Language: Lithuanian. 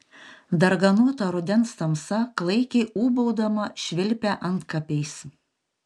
darganota rudens tamsa klaikiai ūbaudama švilpia antkapiais